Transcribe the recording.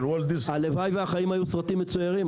הלוואי והחיים היו סרטים מצוירים,